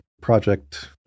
project